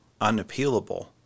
unappealable